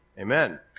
Amen